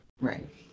Right